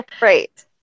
Right